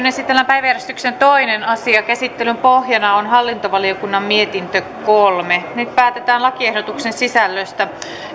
esitellään päiväjärjestyksen toinen asia käsittelyn pohjana on hallintovaliokunnan mietintö kolme nyt päätetään lakiehdotuksen sisällöstä